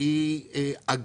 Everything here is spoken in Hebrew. לקידום ערכי הגנה על הסביבה.